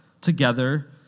together